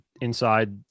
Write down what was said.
inside